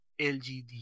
LGD